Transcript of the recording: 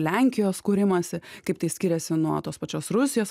lenkijos kūrimąsi kaip tai skiriasi nuo tos pačios rusijos